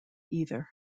either